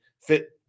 Fit